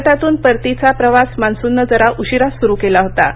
भारतातून परतीचा प्रवास मान्सूननं जरा उशीराच सुरू केला होता